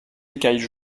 écailles